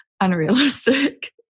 unrealistic